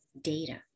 data